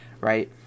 right